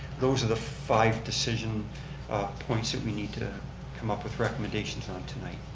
those are the five decision points that we need to come up with recommendations on tonight.